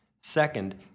Second